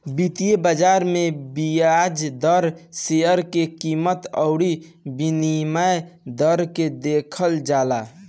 वित्तीय बाजार में बियाज दर, शेयर के कीमत अउरी विनिमय दर के देखल जाला